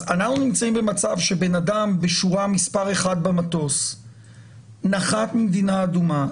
אנחנו נמצאים במצב שבן אדם בשורה ראשונה במטוס נחת ממדינה אדומה,